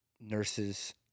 nurses